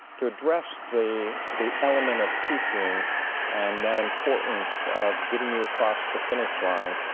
to address the the element of teaching and that importance of getting you across the finish line,